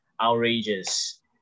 outrageous